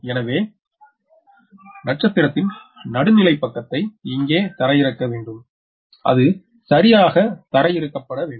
எனவே நட்சத்திரத்தின் நடுநிலை பக்கத்தை இங்கே தரையிறக்க வேண்டும் அது சரியாக தரையிறக்கப்பட வேண்டும்